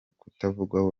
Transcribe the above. kutavugwaho